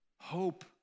hope